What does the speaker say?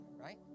right